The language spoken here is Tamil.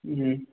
ம்